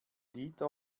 dieter